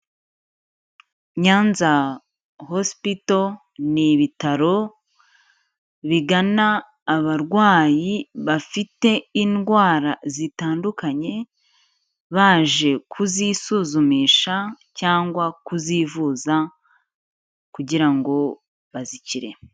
Nyanza hospital ni ibitaro bigana abarwayi bafite indwara zitandukanye, baje kuzisuzumisha cyangwa kuzivuza kugira ngo bazikire.